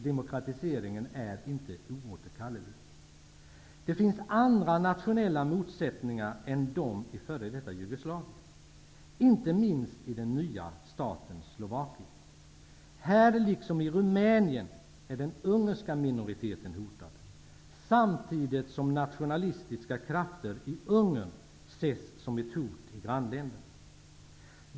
Demokratiseringen är inte oåterkallelig. Det finns andra nationella motsättningar än de i f.d. Jugoslavien, inte minst i den nya staten Slovakien. Här liksom i Rumänien är den ungerska minoriteten hotad, samtidigt som nationalistiska krafter i Ungern ses som ett hot i grannländerna.